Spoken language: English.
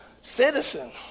Citizen